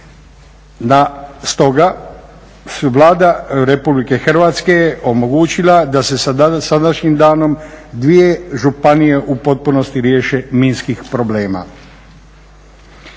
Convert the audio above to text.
Stoga je Vlada RH omogućila da se sadašnjim danom dvije županije u potpunosti riješe minskih problema.